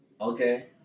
Okay